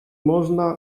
można